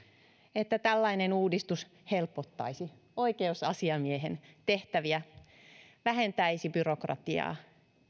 että tällainen uudistus helpottaisi oikeusasiamiehen tehtäviä vähentäisi byrokratiaa